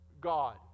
God